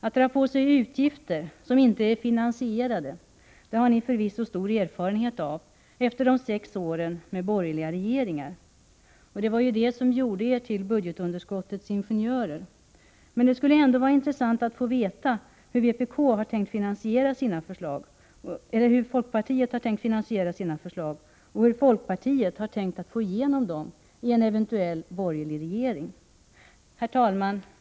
Att dra på sig utgifter som inte är finansierade har ni förvisso stor erfarenhet av efter de sex åren med borgerliga regeringar. Det var det som gjorde er till budgetunderskottets ingenjörer. Men det skulle ändå vara intressant att få veta hur folkpartiet har tänkt att finansiera sina förslag och hur folkpartiet har tänkt att få igenom dem i en eventuell borgerlig regering. Herr talman!